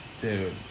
Dude